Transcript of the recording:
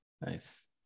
Nice